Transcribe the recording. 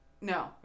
No